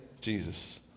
Jesus